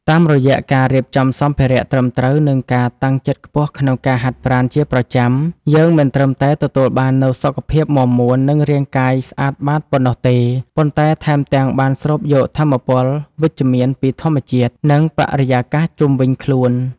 តាមរយៈការរៀបចំសម្ភារៈត្រឹមត្រូវ និងការតាំងចិត្តខ្ពស់ក្នុងការហាត់ប្រាណជាប្រចាំ យើងមិនត្រឹមតែទទួលបាននូវសុខភាពមាំមួន និងរាងកាយស្អាតបាតប៉ុណ្ណោះទេ ប៉ុន្តែថែមទាំងបានស្រូបយកថាមពលវិជ្ជមានពីធម្មជាតិ និងបរិយាកាសជុំវិញខ្លួន។។